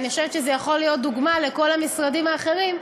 אני חושבת שזה יכול להיות דוגמה לכל המשרדים האחרים,